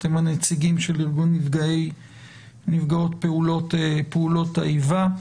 אתם הנציגים של ארגון נפגעי ונפגעות פעולות האיבה.